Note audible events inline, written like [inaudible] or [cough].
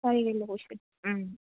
[unintelligible]